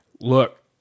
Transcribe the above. Look